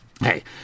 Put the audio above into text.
Hey